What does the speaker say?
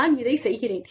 நான் இதைச் செய்கிறேன்